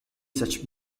such